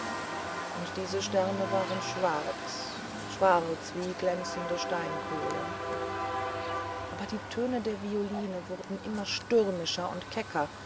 und diese sterne waren schwarz schwarz wie glänzende steinkohlen aber die töne der violine wurden immer stürmischer und kecker